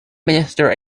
minister